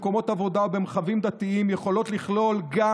במקומות עבודה ובמרחבים דתיים יכולות לכלול גם,